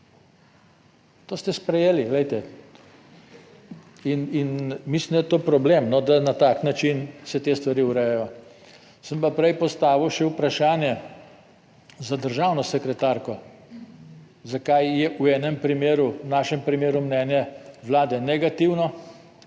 To ste sprejeli, glejte. In mislim, da je to problem, da na tak način se te stvari urejajo. Sem pa prej postavil še vprašanje za državno sekretarko, zakaj je v enem primeru, v našem primeru mnenje Vlade negativno,